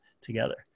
together